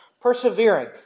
Persevering